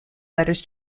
letters